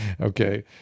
Okay